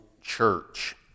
church